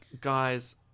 Guys